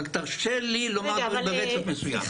רק תרשה לי לומר דברים ברצף מסוים.